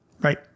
Right